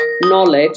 knowledge